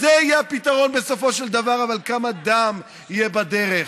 אין לי אלא לברך שסוף-סוף גם ממשלת ישראל מביאה את החוק